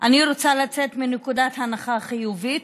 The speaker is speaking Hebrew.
אני רוצה לצאת מנקודה הנחה חיובית,